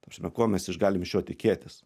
ta prasme ko mes iš galim iš jo tikėtis